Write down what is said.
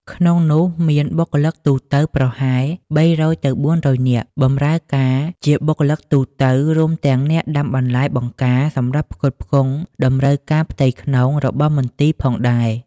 ក្នុងចំណោមនោះមាន បុគ្គលិកទូទៅ ប្រហែល ៣០០ ទៅ៤០០ នាក់ បម្រើការជាបុគ្គលិកទូទៅ រួមទាំងអ្នកដាំបន្លែបង្ការសម្រាប់ផ្គត់ផ្គង់តម្រូវការផ្ទៃក្នុងរបស់មន្ទីរផងដែរ។